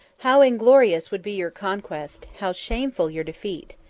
how inglorious would be your conquest, how shameful your defeat!